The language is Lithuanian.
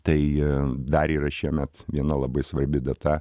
tai dar yra šiemet viena labai svarbi data